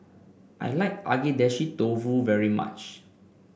I like Agedashi Dofu very much